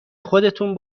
خودتون